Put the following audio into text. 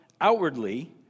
outwardly